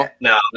No